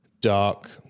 dark